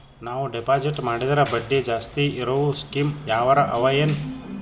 ನಾವು ಡೆಪಾಜಿಟ್ ಮಾಡಿದರ ಬಡ್ಡಿ ಜಾಸ್ತಿ ಇರವು ಸ್ಕೀಮ ಯಾವಾರ ಅವ ಏನ?